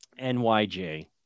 NYJ